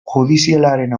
judizialaren